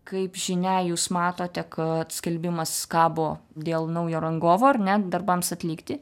kaip žinia jūs matote kad skelbimas kabo dėl naujo rangovo ar ne darbams atlikti